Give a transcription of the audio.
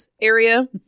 area